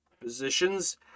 positions